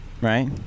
Right